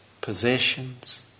possessions